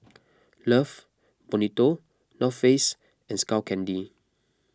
Love Bonito North Face and Skull Candy